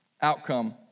outcome